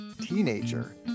teenager